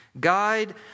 guide